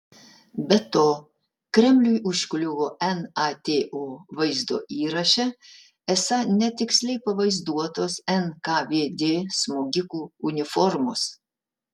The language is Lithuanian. be to kremliui užkliuvo nato vaizdo įraše esą netiksliai pavaizduotos nkvd smogikų uniformos